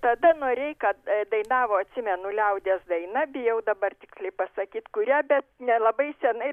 tada noreika dainavo atsimenu liaudies dainą bijau dabar tiksliai pasakyt kurią bet nelabai senai